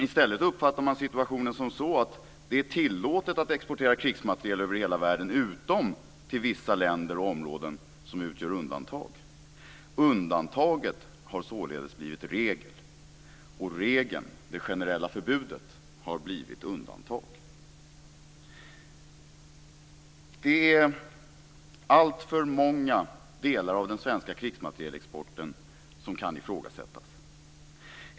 I stället uppfattar man situationen som så att det är tillåtet att exportera krigsmateriel över hela världen utom till vissa länder och områden som utgör undantag. Undantaget har således blivit regel, och regeln - det generella förbudet - har blivit undantag. Alltför många delar av den svenska krigsmaterielexporten kan ifrågasättas.